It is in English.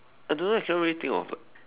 I don't know I cannot really think of